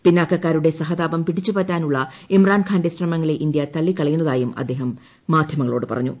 പിന്നാക്കക്കാരുടെ സഹതാപം പിടിച്ചുപറ്റാനുള്ള ഇമ്രാൻഖാന്റെ ശ്രമങ്ങളെ ഇന്ത്യ തള്ളിക്കളയുന്നതായും അദ്ദേഹം മാധ്യമങ്ങളോട് പറഞ്ഞു